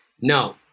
No